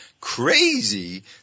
crazy